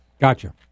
Gotcha